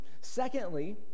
Secondly